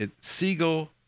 Siegel